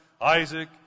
Isaac